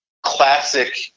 classic